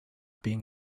being